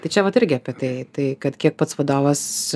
tai čia vat irgi apie tai tai kad kiek pats vadovas